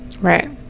right